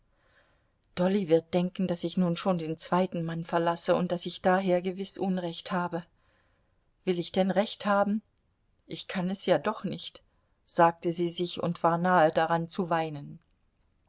dolly wird denken daß ich nun schon den zweiten mann verlasse und daß ich daher gewiß unrecht habe will ich denn recht haben ich kann es ja doch nicht sagte sie sich und war nahe daran zu weinen